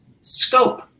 scope